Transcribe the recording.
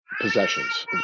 possessions